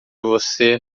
você